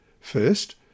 First